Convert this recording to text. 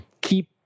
keep